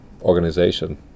organization